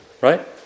Right